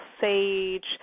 sage